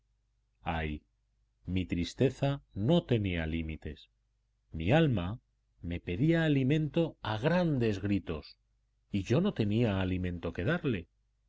ay mi tristeza no tenía límites mi alma me pedía alimento a grandes gritos y yo no tenía alimento que darle